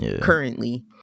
currently